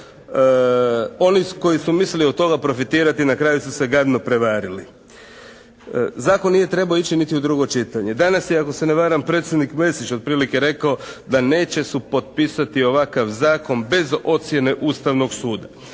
Oni koji su mislili od toga profitirati na kraju su se gadno prevarili. Zakon nije trebao ići niti u drugo čitanje. Danas je ako se ne varam predsjednik Mesić otprilike rekao, da neće supotpisati ovakav zakon bez ocjene Ustavnog suda.